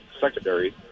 secondary